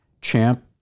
champ